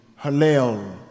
Hallel